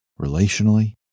relationally